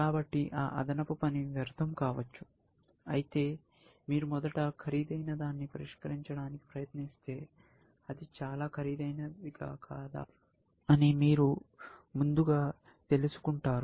కాబట్టి ఆ అదనపు పని వ్యర్థం కావచ్చు అయితే మీరు మొదట ఖరీదైనదాన్ని పరిష్కరించడానికి ప్రయత్నిస్తే అది చాలా ఖరీదైనదా కాదా అని మీరు ముందుగా తెలుసుకుంటారు